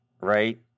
right